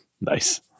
Nice